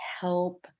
help